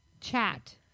chat